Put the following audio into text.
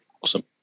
Awesome